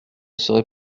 serai